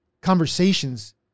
conversations